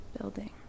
Building